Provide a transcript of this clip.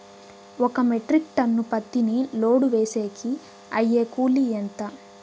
ఒక metric tonne పత్తిని load వేసేకి అయ్యే కూలి ఎంత?